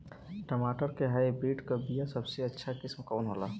टमाटर के हाइब्रिड क बीया सबसे अच्छा किस्म कवन होला?